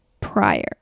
prior